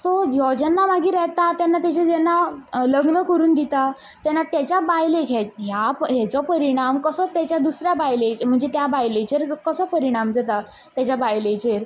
so हो जेन्ना मागीर येता तेन्ना तेजें जेन्ना लग्न करून दिता तेन्ना तेज्या बायलेक ह्या हेजो परिणाम कसो तेज्या दुसऱ्या बायलेचे म्हणजे त्या बायलेचेर कसो परिणाम जाता तेज्या बायलेचेर तो